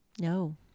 No